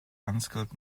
unskilled